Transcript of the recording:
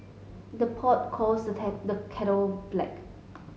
the pot calls the the kettle black